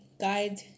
guide